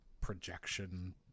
projection